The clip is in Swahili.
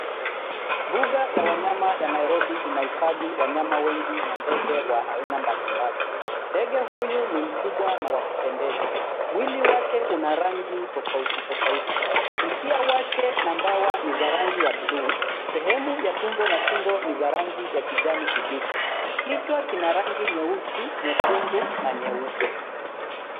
Mbuga ya wanyama ya Nairobi inaifadhi wanyama wengi na ndege wa aina mbalimbali. Ndege huyu ni mkubwa na wa kupendeza. Mwili wake una rangi tofauti tofauti. Mkia wake na bawa za rangi ya bluu. Sehemu ya tumbo na shingo ni za rangi ya kijani kibichi. Kichwa kina rangi nyeusi, nyekundu na nyeupe.